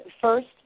first